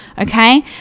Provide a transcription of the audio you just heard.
Okay